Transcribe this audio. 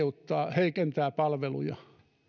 heikentää palveluja